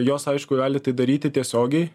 jos aišku gali tai daryti tiesiogiai